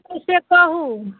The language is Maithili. ई से कहु